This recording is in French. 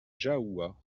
jahoua